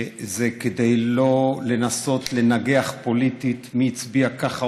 זה כדי לא לנסות לנגח פוליטית מי הצביע ככה,